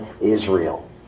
Israel